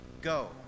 go